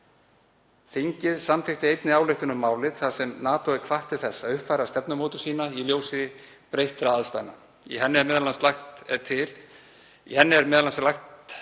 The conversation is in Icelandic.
Þingið samþykkti einnig ályktun um málið þar sem NATO er hvatt til þess að uppfæra stefnumótun sína í ljósi breyttra aðstæðna. Í henni er m.a. lagt til